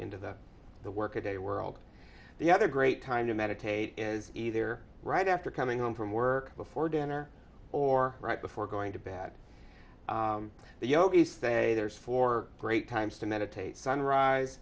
into the the workaday world the other great time to meditate is either right after coming home from work before dinner or right before going to bad the yogis say there's four great times to meditate sunrise